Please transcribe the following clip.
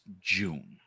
June